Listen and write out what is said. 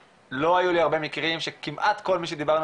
לא היו לי הרבה מקרים שכמעט כל מי שדיברנו